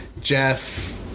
Jeff